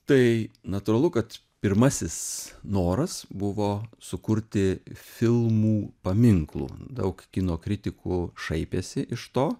tai natūralu kad pirmasis noras buvo sukurti filmų paminklų daug kino kritikų šaipėsi iš to